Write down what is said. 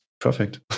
Perfect